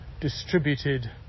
distributed